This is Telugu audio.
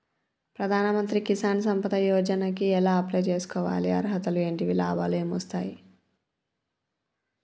ప్రధాన మంత్రి కిసాన్ సంపద యోజన కి ఎలా అప్లయ్ చేసుకోవాలి? అర్హతలు ఏంటివి? లాభాలు ఏమొస్తాయి?